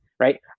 right